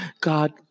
god